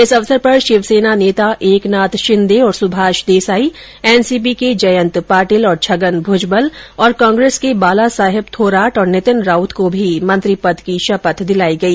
इस अवसर पर शिवसेना नेता एकनाथ शिंदे और Subhash Desai N C P के जयंत पाटील और छगन भुजबल तथा कांग्रेस के बालासाहेब थोराट और नितिन राउत को भी मंत्री पद की शपथ दिलायी गई